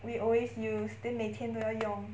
we always use then 每天都要用